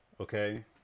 okay